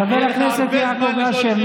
חבר הכנסת יעקב אשר,